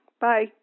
Bye